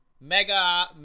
mega